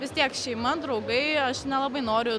vis tiek šeima draugai aš nelabai noriu